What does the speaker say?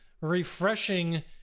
refreshing